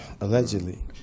Allegedly